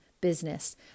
business